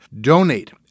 Donate